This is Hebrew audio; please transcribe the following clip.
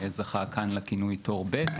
שזכה כאן לכינוי תור ב'.